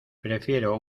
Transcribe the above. prefiero